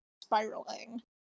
spiraling